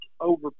over